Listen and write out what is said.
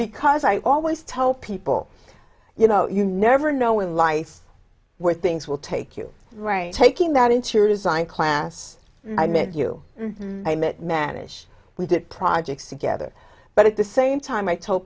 because i always tell people you know you never know with life where things will take you right taking that into your design class i met you i met manish we did projects together but at the same time i t